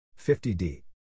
50D